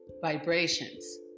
vibrations